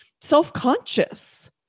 self-conscious